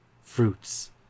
fruits